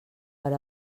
per